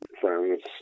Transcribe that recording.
friends